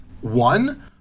One